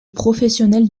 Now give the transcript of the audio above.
professionnels